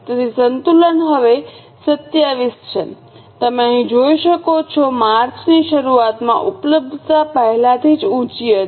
તેથી સંતુલન હવે 27 છે તમે અહીં જોઈ શકો છો માર્ચની શરૂઆતમાં ઉપલબ્ધતા પહેલાથી જ ઉચી હતી